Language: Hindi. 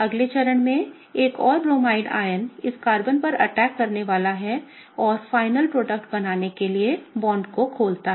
अगले चरण में एक और ब्रोमाइड आयन इस कार्बन पर अटैक करने वाला है और अंतिम उत्पाद बनाने के लिए बांड को खोलता है